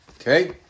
Okay